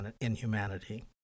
inhumanity